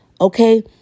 okay